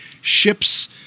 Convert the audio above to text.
ships